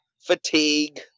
fatigue